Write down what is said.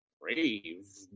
brave